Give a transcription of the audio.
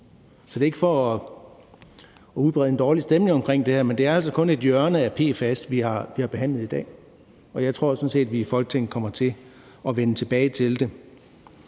Så det er ikke for at udbrede en dårlig stemning omkring det her, men det er altså kun et hjørne af PFAS-problemet, vi har behandlet i dag, og jeg tror sådan set, at vi i Folketinget kommer til at vende tilbage til det.